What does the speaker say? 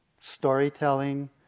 storytelling